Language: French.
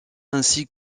ainsi